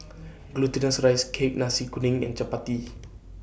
Glutinous Rice Cake Nasi Kuning and Chappati